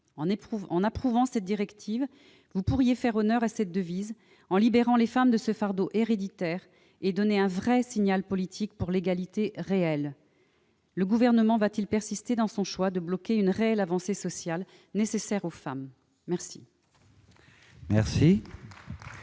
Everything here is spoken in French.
proposition de directive, vous pourriez faire honneur à ce principe, en libérant les femmes d'un fardeau héréditaire, et donner un vrai signal politique en faveur de l'égalité réelle. Le Gouvernement va-t-il persister dans son choix de bloquer une réelle avancée sociale, nécessaire aux femmes ? La parole